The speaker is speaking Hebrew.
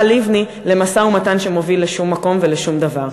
לבני למשא-ומתן שמוביל לשום מקום ולשום דבר.